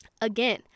Again